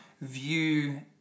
View